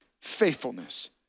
Faithfulness